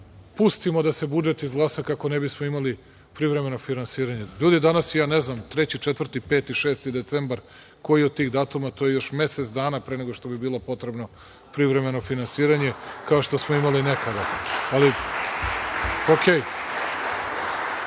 pustimo da se budžet izglasa, kako ne bismo imali privremeno finansiranje. LJudi danas je, ne znam, 3, 4, 5, 6. decembar, koji je od tih datuma, to je još mesec dana pre nego što bi bilo potrebno privremeno finansiranje, kao što smo imali nekada, ali